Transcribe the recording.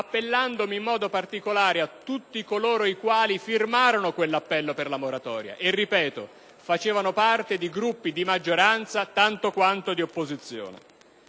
appellandomi in modo particolare a tutti coloro i quali firmarono quell'appello per la moratoria che, lo ripeto, facevano parte di Gruppi di maggioranza quanto di opposizione: